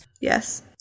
Yes